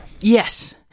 Yes